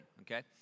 okay